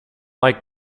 like